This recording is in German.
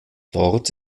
dort